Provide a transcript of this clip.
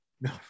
No